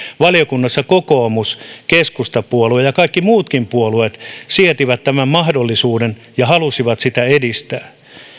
valiokunnassa kokoomus keskustapuolue ja kaikki muutkin puolueet sietivät tämän mahdollisuuden ja halusivat sitä edistää